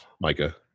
Micah